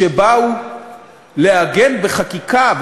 שבאו לעגן בחקיקה,